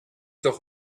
doch